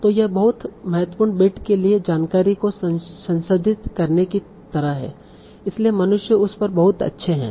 तो यह बहुत महत्वपूर्ण बिट के लिए जानकारी को संघनित करने की तरह है इसलिए मनुष्य उस पर बहुत अच्छे हैं